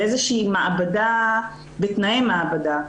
זו איזושהי מעבדה בתנאי מעבדה.